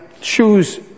choose